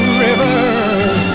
rivers